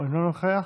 אינו נוכח,